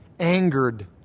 angered